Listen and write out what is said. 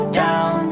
down